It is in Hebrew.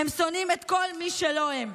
הם שונאים את כל מי שהוא לא הם.